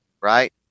right